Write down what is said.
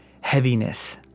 heaviness